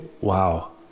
Wow